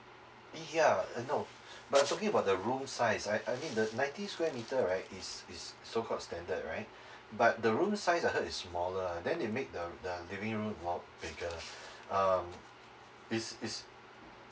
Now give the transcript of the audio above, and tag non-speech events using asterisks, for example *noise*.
ya uh no but talking about the room size I I mean the ninety square meter right is is so called standard right *breath* but the room size I heard is smaller then they make the the living room more bigger um is is